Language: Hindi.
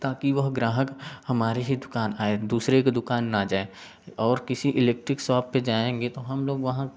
ताकि वह ग्राहक हमारे ही दुकान आए दूसरे कि दुकान ना जाए और किसी इलेक्ट्रिक शॉप पे जाएंगे तो हम लोग वहाँ